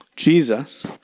Jesus